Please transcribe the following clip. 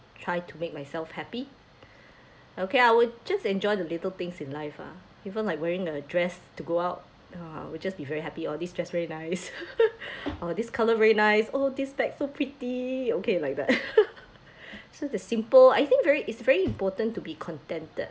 try to make myself happy okay I would just enjoy the little things in life ah even like wearing a dress to go out uh will just be very happy oh this dress very nice oh this colour very nice oh this bag so pretty okay like that so the simple I think very it's very important to be contented